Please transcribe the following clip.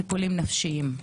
טיפולים נפשיים.